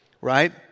Right